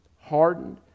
hardened